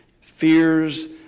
fears